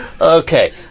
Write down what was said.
Okay